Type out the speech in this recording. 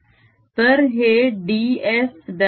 10EBSEnergy flowarea×time तर हे ds'